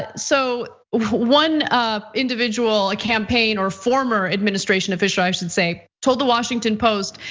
so one um individual, a campaign or former administration official, i should say, told the washington post,